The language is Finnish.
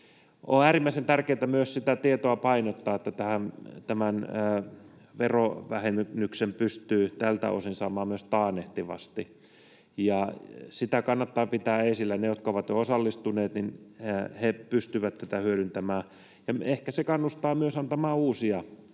On äärimmäisen tärkeätä myös sitä tietoa painottaa, että tämän verovähennyksen pystyy tältä osin samaan myös taannehtivasti. Sitä kannattaa pitää esillä. Ne, jotka ovat jo osallistuneet, pystyvät tätä hyödyntämään, ja ehkä se kannustaa myös antamaan uusia avustuksia